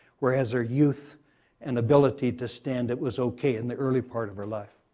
whereas her youth and ability to stand it was okay in the early part of her life.